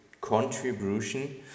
contribution